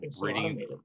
reading